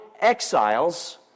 exiles